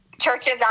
churches